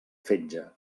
fetge